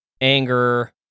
anger